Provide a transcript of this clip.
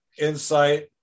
insight